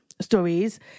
stories